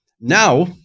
Now